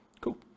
Cool